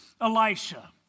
Elisha